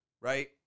right